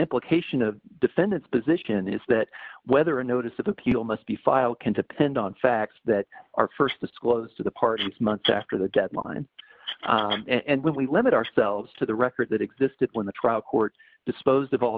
implication of the defendant's position is that whether a notice of appeal must be filed can depend on facts that are st disclosed to the parties months after the deadline and when we limit ourselves to the record that existed when the trial court disposed of all